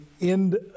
end